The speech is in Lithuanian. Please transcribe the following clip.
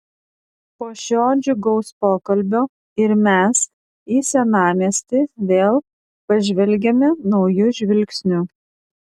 po šio džiugaus pokalbio ir mes į senamiestį vėl pažvelgiame nauju žvilgsniu